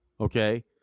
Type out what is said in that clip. okay